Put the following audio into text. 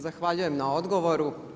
Zahvaljujem na odgovoru.